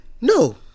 No